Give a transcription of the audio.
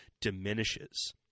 diminishes